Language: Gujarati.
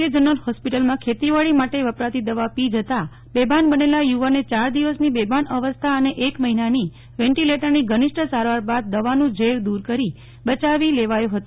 કે જનરલ હોસ્પિટલમાં ખેતીવાડી માટે વપરાતી દવા પી જતા બેભાન બનેલા યુવાનને ચાર દિવસની બેભાન અવસ્થા અને એક મહિનાની વેન્ટીલેટરની ધ્રનીષ્ટ સારવાર બાદ દવાનું ઝેર દુર કરી બચાની લેવાયો હતો